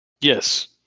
Yes